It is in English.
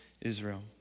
Israel